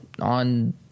on